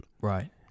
Right